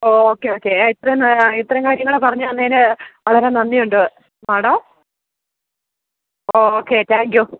ഓ okay okay ഇത്രയും ഇത്രയും കാര്യങ്ങള് പറഞ്ഞുതന്നതിന് വളരെ നന്ദിയുണ്ട് മാഡം ഓ ഓക്കെ താങ്ക്യൂ